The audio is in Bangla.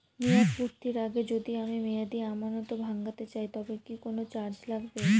মেয়াদ পূর্ণের আগে যদি আমি মেয়াদি আমানত ভাঙাতে চাই তবে কি কোন চার্জ লাগবে?